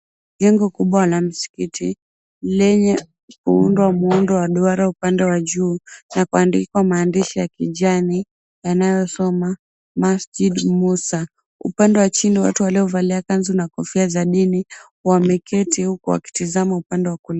Jengo kubwa la msikiti lenye kuundwa muundo wa duara upande wa juu na kuandikwa maandishi ya kijani yanayosoma, "Masjid Musa". Upande wa chini watu waliovalia kanzu na kofia za dini wameketi, huku wakitizama upande wa kulia.